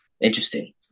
Interesting